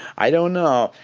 i don't know.